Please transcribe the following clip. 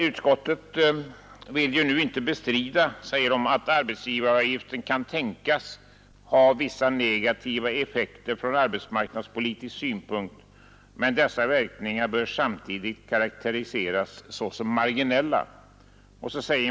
Utskottet vill nu inte bestrida, säger man, att arbetsgivaravgiften kan tänkas ha vissa negativa effekter från arbetsmarknadspolitisk synpunkt, men dessa verkningar bör samtidigt karakteriseras såsom marginella.